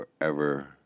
forever